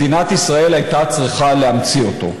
מדינת ישראל הייתה צריכה להמציא אותו.